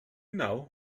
know